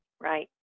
Right